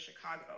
Chicago